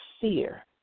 fear